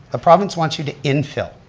the province wants you to infill.